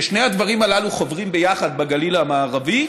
כששני הדברים הללו חוברים ביחד בגליל המערבי,